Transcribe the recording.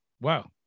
Wow